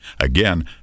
Again